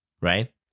Right